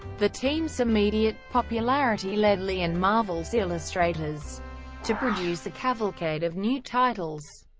the team's immediate popularity led lee and marvel's illustrators to produce a cavalcade of new titles.